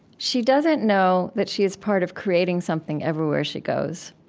she doesn't know that she is part of creating something everywhere she goes.